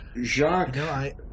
Jacques